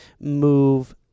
move